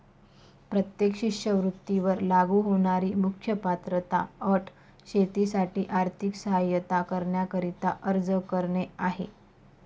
प्रत्येक शिष्यवृत्ती वर लागू होणारी मुख्य पात्रता अट शेतीसाठी आर्थिक सहाय्यता करण्याकरिता अर्ज करणे आहे